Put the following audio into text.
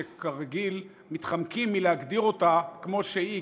שכרגיל מתחמקים מלהגדיר אותה כמו שהיא.